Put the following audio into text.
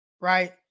right